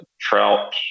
trout